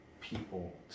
people